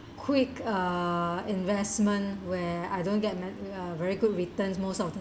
quick uh investment where I don't get uh very good returns most of the